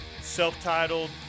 self-titled